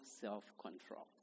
self-control